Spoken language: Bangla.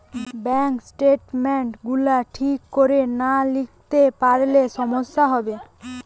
ব্যাংক স্টেটমেন্ট গুলা ঠিক কোরে না লিখলে পরে সমস্যা হবে